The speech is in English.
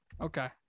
Okay